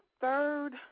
third